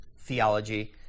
theology